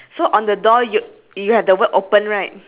rabbit the buy me rabbit in a cage ya